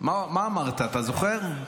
מה אמרת, אתה זוכר?